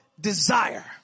desire